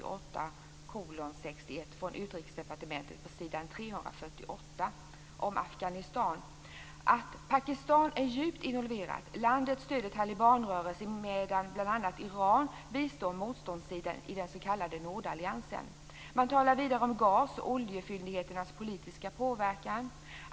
Om Afghanistan står det på s. 348 att Pakistan är djupt involverat. Landet stöder talibanrörelsen medan bl.a. Iran bistår motståndarsidan i den s.k. nordalliansen. Man talar vidare om gas och oljefyndigheternas politiska påverkan.